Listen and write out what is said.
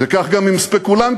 וכך גם עם ספקולנטים,